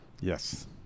Yes